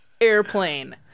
Airplane